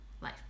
life